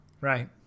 Right